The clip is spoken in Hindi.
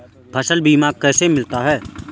फसल बीमा कैसे मिलता है?